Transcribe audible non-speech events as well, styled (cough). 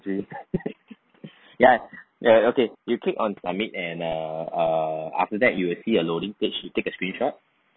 (laughs) ya ya okay you click on submit and err err after that you will see a loading page you take a screenshot